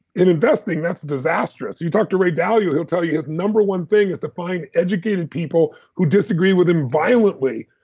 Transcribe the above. in investing, that's disastrous. you talk to ray dalio, he'll tell you his number one thing is to find educated people who disagree with him violently,